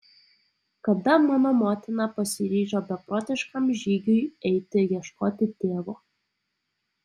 kada mano motina pasiryžo beprotiškam žygiui eiti ieškoti tėvo